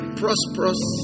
prosperous